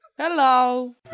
Hello